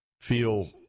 feel